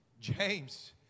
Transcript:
James